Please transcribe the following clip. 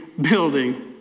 building